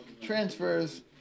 transfers